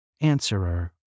Answerer